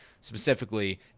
specifically